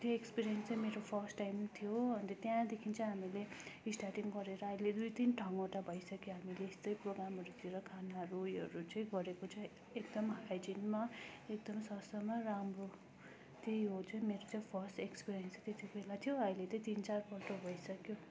त्यो एक्सपिरिएन्स चाहिँ मेरो फर्स्ट टाइम थियो अन्त त्यहाँदेखि चाहिँ हामीले स्टार्टिङ गरेर अहिले दुई तिन ठाउँबाट त भइसक्यो हामीले यस्तै प्रोग्रामहरूतिर खानाहरू उयोहरू चाहिँ गरेको चाहिँ एकदम हाइजिनमा एकदम सस्तोमा राम्रो त्यही यो चाहिँ मेरो चाहिँ फर्स्ट एक्सपिरिएन्स त्यति बेला थियो अहिले चाहिँ तिन चार वर्ष भइसक्यो